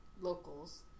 locals